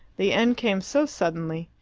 the end came so suddenly.